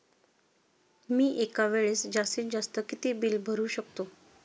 मी एका वेळेस जास्तीत जास्त किती बिल भरू शकतो?